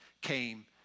came